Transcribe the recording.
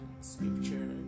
scripture